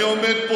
הפריעו,